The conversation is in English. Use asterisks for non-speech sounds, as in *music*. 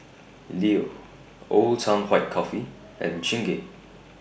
Leo Old Town White Coffee *noise* and Chingay